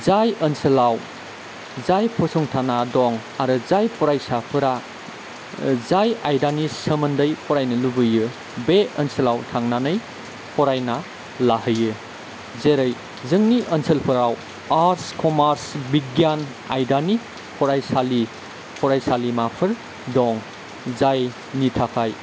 जाय ओनसोलाव जाय फसंथाना दं आरो जाय फरायसाफोरा जाय आयदानि सोमोन्दै फरायनो लुबैयो बे ओनसोलाव थांनानै फरायना लाहैयो जेरै जोंनि ओनसोलफोराव आर्ट्स कमार्स बिगियान आयदानि फरायसालि फरायसालिमाफोर दं जायनि थाखाय